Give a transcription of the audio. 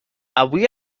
avui